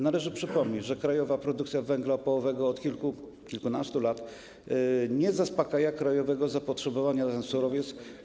Należy przypomnieć, że krajowa produkcja węgla opałowego od kilkunastu lat nie zaspokaja krajowego zapotrzebowania na ten surowiec.